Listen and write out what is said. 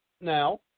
now